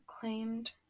claimed